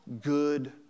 good